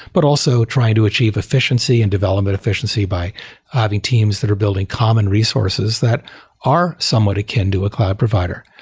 but also trying to achieve efficiency and development efficiency by having teams that are building common resources that are somewhat akin to a cloud provider.